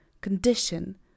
condition